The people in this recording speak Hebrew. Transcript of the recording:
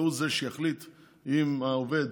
והוא שיחליט אם העובד